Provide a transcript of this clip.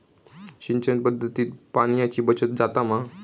सिंचन पध्दतीत पाणयाची बचत जाता मा?